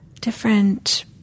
different